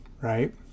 right